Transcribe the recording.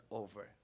over